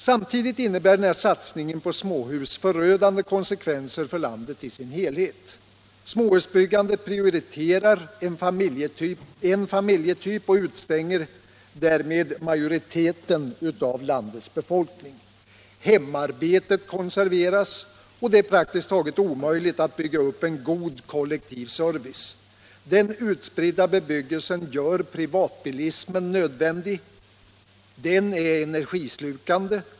På samma gång får satsningen på småhus förödande konsekvenser för landet i dess helhet. Småhusbyggandet prioriterar en familjetyp och utestänger därmed majoriteten av landets befolkning. Hemarbetet konserveras, och det är praktiskt taget omöjligt att bygga upp en god kollektiv service. Den utspridda bebyggelsen gör privatbilismen nödvändig. Den är energislukande.